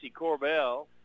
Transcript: Corbell